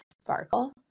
sparkle